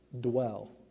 dwell